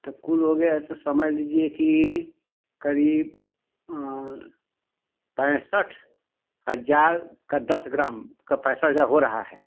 तब कुल हो गया ऐसा समझ लीजिए कि करीब पैंसठ हजार का दस ग्राम का पैसा यह हो रहा है